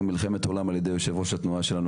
מלחמת עולם על ידי יושב-ראש התנועה שלנו,